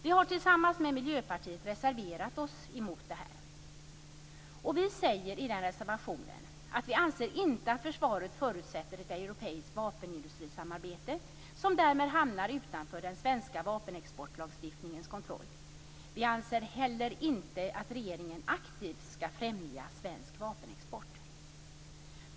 Vi har tillsammans med Miljöpartiet reserverat oss mot detta. I reservationen säger vi: Vi anser inte att försvaret förutsätter ett europeiskt vapenindustrisamarbete som därmed hamnar utanför den svenska vapenexportlagstiftningens kontroll. Vi anser inte heller att regeringen aktivt skall främja svensk vapenexport.